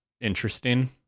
interesting